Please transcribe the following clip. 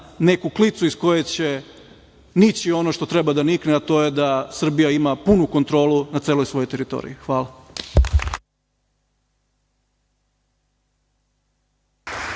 neku klicu iz koje će nići ono što treba da nikne, a to je da Srbija ima punu kontrolu na celoj svojoj teritoriji. Hvala.